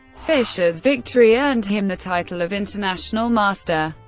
fischer's victory earned him the title of international master.